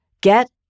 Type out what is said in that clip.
get